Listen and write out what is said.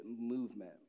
movement